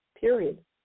period